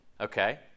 okay